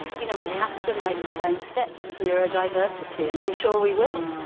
you know we have to make the same steps with neurodiversity, and i'm sure we will.